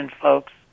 folks